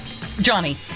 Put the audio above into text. Johnny